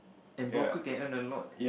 and broker can earn a lot